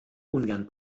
ungern